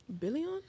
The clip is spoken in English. Billion